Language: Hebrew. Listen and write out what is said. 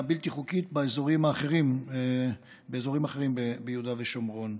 בלתי חוקית באזורים אחרים ביהודה ושומרון.